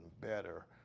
better